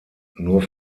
nur